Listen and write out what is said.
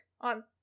on